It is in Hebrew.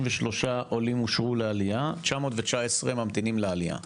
עולים אושרו לעלייה, 919 ממתינים לעלייה.